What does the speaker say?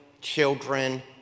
children